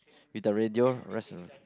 with the radio rest all